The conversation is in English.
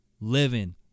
living